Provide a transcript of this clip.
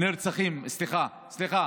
סליחה,